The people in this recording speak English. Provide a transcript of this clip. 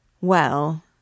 Well